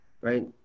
Right